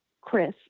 Chris